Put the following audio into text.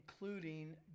including